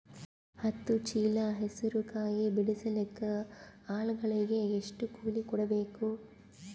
ಹತ್ತು ಚೀಲ ಹೆಸರು ಕಾಯಿ ಬಿಡಸಲಿಕ ಆಳಗಳಿಗೆ ಎಷ್ಟು ಕೂಲಿ ಕೊಡಬೇಕು?